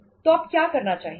तो आप क्या करना चाहेंगे